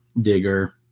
digger